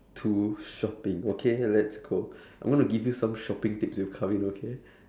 to shopping okay let's go I'm going to give you some shopping tips you okay